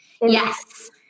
Yes